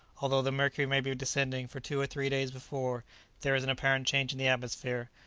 although the mercury may be descending for two or three days before there is an apparent change in the atmosphere,